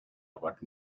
about